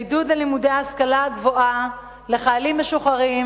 לעידוד לימודי ההשכלה הגבוהה לחיילים משוחררים